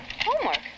Homework